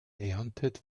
erntet